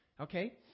Okay